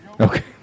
Okay